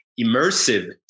immersive